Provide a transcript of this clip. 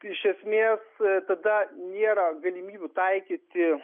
iš esmės tada nėra galimybių taikyti